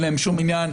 אין להם שום עניין,